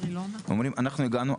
ואומרים אנחנו הגענו,